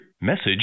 Message